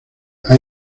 hay